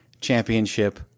championship